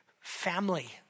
family